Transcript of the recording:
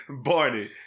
Barney